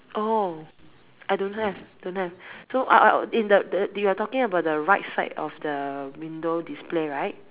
oh I don't have don't have so uh uh uh in the the you are talking about the right side of the window display right